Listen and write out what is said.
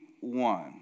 one